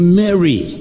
mary